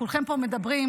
כולכם פה מדברים,